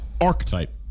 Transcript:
Archetype